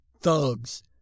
thugs